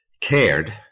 cared